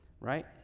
right